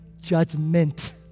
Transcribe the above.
judgment